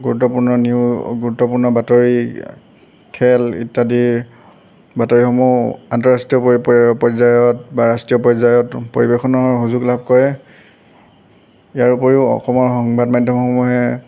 গুৰুত্বপূৰ্ণ নিউ গুৰুত্বপূৰ্ণ বাতৰি খেল ইত্যাদিৰ বাতৰিসমূহ আন্তৰাষ্ট্ৰীয় পৰ্যায়ত বা ৰাষ্ট্ৰীয় পৰ্যায়তো পৰিৱেশনৰ সুযোগ লাভ কৰে ইয়াৰ ওপৰিও অসমৰ সংবাদ মাধ্যমসমূহে